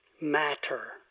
matter